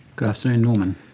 good afternoon norman.